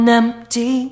empty